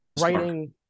Writing